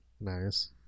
Nice